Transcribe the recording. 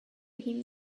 him